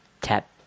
tap